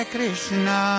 Krishna